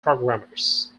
programmers